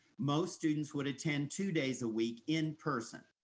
most students would attend two days a week in-person,